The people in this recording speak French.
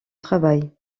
travail